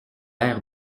l’air